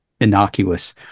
innocuous